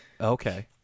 Okay